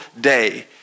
day